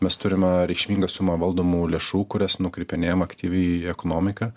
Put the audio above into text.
mes turime reikšmingą sumą valdomų lėšų kurias nukreipinėjam aktyviai į ekonomiką